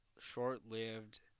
short-lived